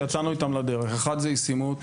של התוכנית שיצאנו איתם לדרך: הראשון זה ישימות.